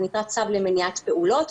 זה נקרא צו למניעת פעולות.